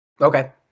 Okay